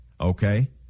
okay